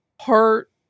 heart